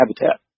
habitat